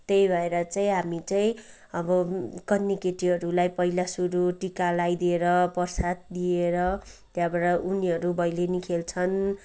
त्यही भएर चाहिँ हामी चाहिँ अब कन्ये केटीहरूलाई पहिला सुरु टिका लाइदिएर प्रसाद दिएर त्यहाँबाट उनीहरू भैलेनी खेल्छन्